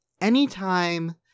anytime